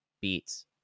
beats